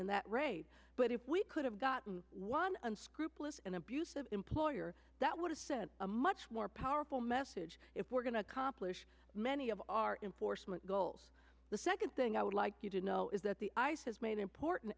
in that raid but if we could have gotten one unscrupulous and abusive employer that would have sent a much more powerful message if we're going to accomplish many of our in forstmann goals the second thing i would like you to know is that the ice has made important